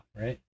right